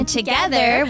together